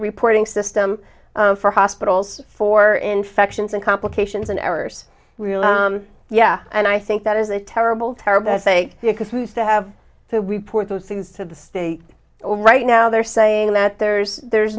reporting system for hospitals for infections and complications and errors yeah and i think that is a terrible terrible say because they have to report those things to the state right now they're saying that there's there's